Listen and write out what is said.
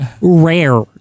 rare